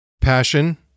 Passion